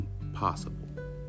impossible